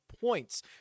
points